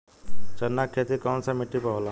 चन्ना के खेती कौन सा मिट्टी पर होला?